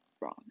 wrong